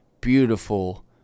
beautiful